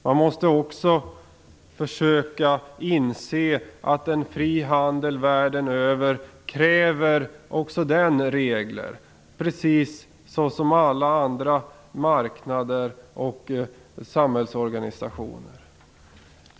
Man måste också försöka inse att en fri handel världen över också kräver regler, precis som alla andra marknader och samhällsorganisationer.